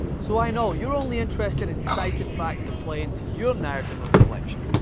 so, i know. you're only interested in citing facts that play into your narrative of deflection.